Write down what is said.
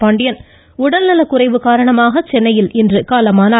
பாண்டின் உடல்நலக்குறைவு காரணமாக சென்னையில் இன்று காலமானார்